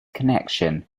connection